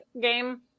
game